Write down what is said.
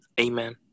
Amen